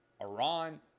Iran